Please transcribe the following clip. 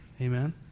amen